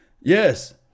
yes